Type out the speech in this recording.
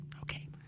okay